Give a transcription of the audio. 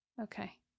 Okay